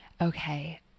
Okay